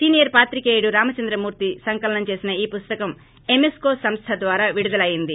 senior పాత్రికేయుడు రామచంద్రమూర్తి సంకలనం చేసిన ేఈ పుస్తకం ఎమెన్కో సంస్థ ద్వారా విడుదల అయ్యింది